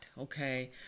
Okay